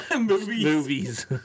Movies